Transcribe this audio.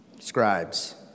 scribes